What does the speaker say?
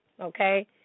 Okay